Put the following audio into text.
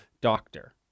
doctor